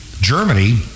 Germany